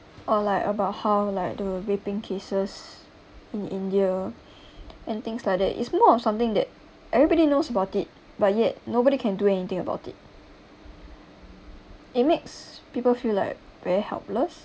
or like about how like the raping cases in india and things like that it's more of something that everybody knows about it but yet nobody can do anything about it it makes people feel like very helpless